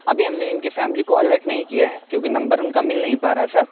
ابھی ہم نے ان کی فیملی کو الٹ نہیں کیا ہے کیونکہ نمبر ان کا مل نہیں پا رہا ہے سر